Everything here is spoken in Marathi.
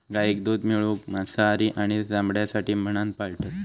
गाईक दूध मिळवूक, मांसासाठी आणि चामड्यासाठी म्हणान पाळतत